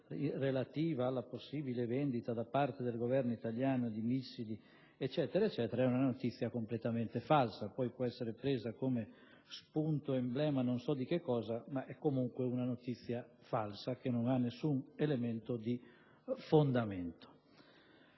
relativa alla possibile vendita da parte del Governo italiano di missili, è completamente falsa; può essere presa come spunto o emblema non so di cosa, ma comunque è una notizia falsa che non ha nessun elemento di fondamento.